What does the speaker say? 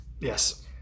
Yes